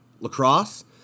Lacrosse